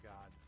God